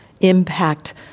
impact